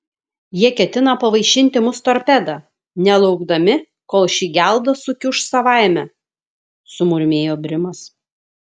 jie ketina pavaišinti mus torpeda nelaukdami kol ši gelda sukiuš savaime sumurmėjo brimas